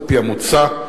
על-פי המוצע,